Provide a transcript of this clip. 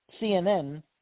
CNN